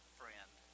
friend